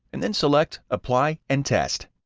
and then select apply and test.